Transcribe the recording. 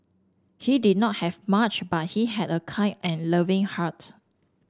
he did not have much but he had a kind and loving heart